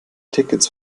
tickets